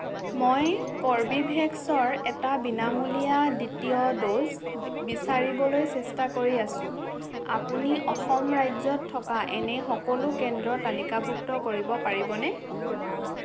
মই কৰ্বীভেক্সৰ এটা বিনামূলীয়া দ্বিতীয় ড'জ বিচাৰিবলৈ চেষ্টা কৰি আছোঁ আপুনি অসম ৰাজ্যত থকা এনে সকলো কেন্দ্ৰ তালিকাভুক্ত কৰিব পাৰিবনে